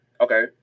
Okay